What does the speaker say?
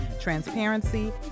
transparency